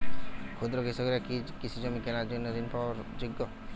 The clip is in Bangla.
ক্ষুদ্র কৃষকরা কি কৃষিজমি কেনার জন্য ঋণ পাওয়ার যোগ্য?